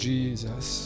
Jesus